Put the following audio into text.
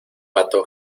pato